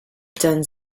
done